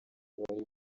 bari